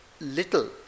little